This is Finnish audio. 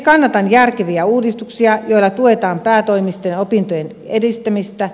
kannatan järkeviä uudistuksia joilla tuetaan päätoimisten opintojen edistämistä